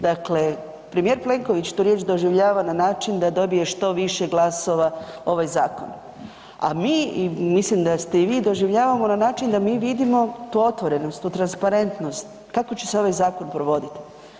Dakle, premijer Plenković tu riječ doživljava na način da dobije što više glasova ovaj zakon, a mi, mislim da ste i vi, doživljavamo na način da mi vidimo tu otvorenost, tu transparentnost, kako će se ovaj zakon provoditi.